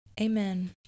Amen